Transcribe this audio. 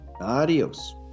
Adios